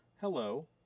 Hello